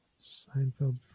seinfeld